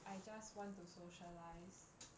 I just want to socialise